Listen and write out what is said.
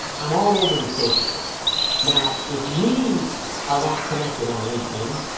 i'm all over the social sites now if we are not connected um linkedin